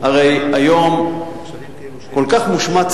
וגם התקנון מחייב.